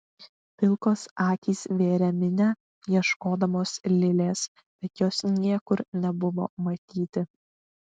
pilkos akys vėrė minią ieškodamos lilės bet jos niekur nebuvo matyti